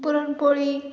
puran poli